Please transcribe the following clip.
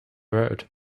road